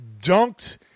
dunked –